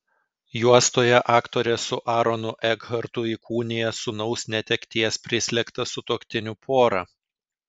juostoje aktorė su aronu ekhartu įkūnija sūnaus netekties prislėgtą sutuoktinių porą